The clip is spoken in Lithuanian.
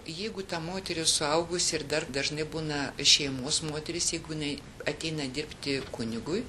jeigu ta moteris suaugusi ir dar dažnai būna šeimos moteris jeigu jinai ateina dirbti kunigui